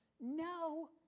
no